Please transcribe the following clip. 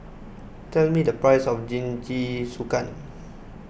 tell me the price of Jingisukan